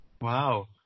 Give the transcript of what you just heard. Wow